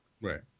Right